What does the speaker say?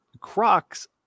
Crocs